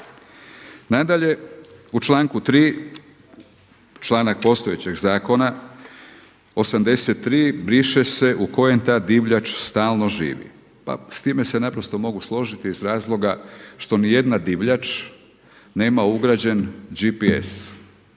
Nadalje, u članku 3., članak postojećeg zakona 83. briše se: „u kojem ta divljač stalno živi“. Pa s time se naprosto mogu složiti iz razloga što ni jedna divljač nema ugrađen GPS,